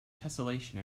tesselation